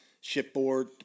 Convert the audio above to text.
shipboard